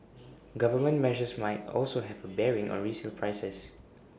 government measures might also have A bearing on resale prices